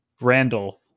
Randall